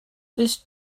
this